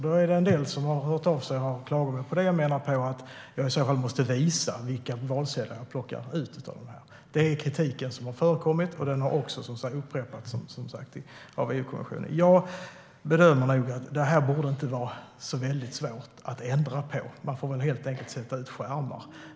Då är det en del som har hört av sig och haft klagomål och menar att man måste visa vilka valsedlar man plockar ut av dessa. Det är kritiken som har förekommit, och den har också upprepats av EU-kommissionen. Jag bedömer att detta inte borde vara så väldigt svårt att ändra på. Man får väl helt enkelt sätta ut skärmar.